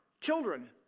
children